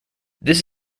this